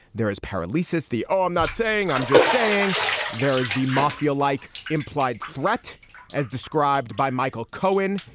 there is parrot leases the oh i'm not saying i'm just saying there is the mafia like implied threat as described by michael cohen.